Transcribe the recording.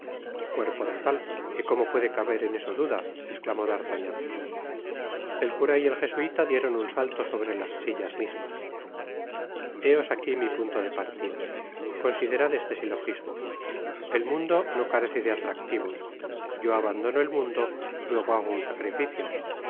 cuerpo de tal y como puede caber en eso duda esclamó d'artagnan el cura y el jesuita dieron un salto sobre las sillas mismas heos aqui mi punto de partida considerad este silogismo el mundo no carece de atractivos yo abandono el mundo luego hago un sacrificio